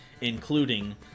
including